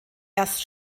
erst